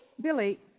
Billy